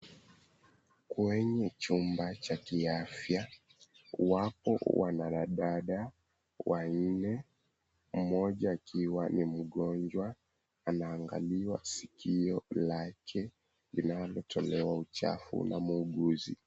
Kwenye chumba cha kiafya, wapo wanadada wanne. Mmoja akiwa ni mgonjwa anaangaliwa sikio lake linalotolewa uchafu na muuguzi.